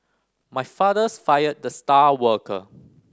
my fathers fired the star worker